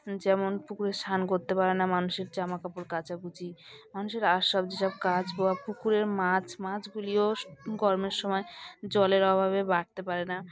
যেমন পুকুরে স্নান করতে পারে না মানুষের জামা কাপড় কাচাকুচি মানুষের আর সব যে সব কাজ বা পুকুরের মাছ মাছগুলিও গরমের সময় জলের অভাবে বাড়তে পারে না